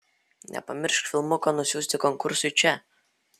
nepamiršk filmuko nusiųsti konkursui čia